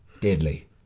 deadly